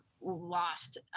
lost